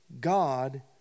God